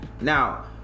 Now